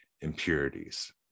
impurities